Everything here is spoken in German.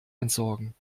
entsorgen